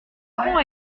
pont